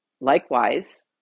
likewise